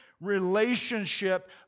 relationship